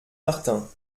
martin